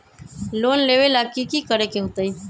Loan लेबे ला की कि करे के होतई?